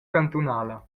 cantunala